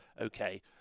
okay